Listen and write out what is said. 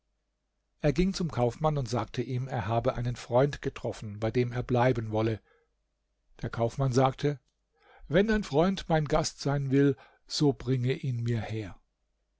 er ging zum kaufmann und sagte ihm er habe einen freund getroffen bei dem er bleiben wolle der kaufmann sagte wenn dein freund mein gast sein will so bringe ihn mir her